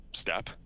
step